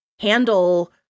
handle